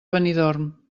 benidorm